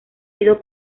sido